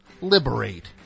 liberate